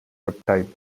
reptile